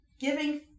giving